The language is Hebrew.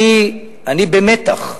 אני במתח,